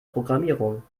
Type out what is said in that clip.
programmierung